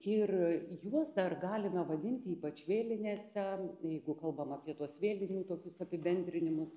ir juos dar galime vadinti ypač vėlinėse jeigu kalbam apie tuos vėlinių tokius apibendrinimus